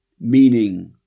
meaning